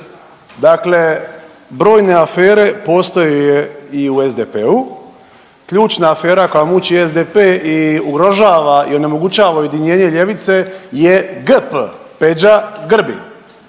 dakle brojne afere postoje i u SDP-u, ključna afera koja muči SDP i ugrožava i onemogućava ujedinjenje ljevice je GP, Peđa Grbin,